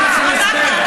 אין לכם הסבר.